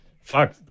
Fuck